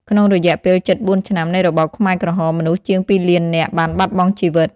ក្នុងរយៈពេលជិត ៤ ឆ្នាំ នៃរបបខ្មែរក្រហម មនុស្សជាង ២ លាននាក់ បានបាត់បង់ជីវិត។